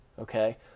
okay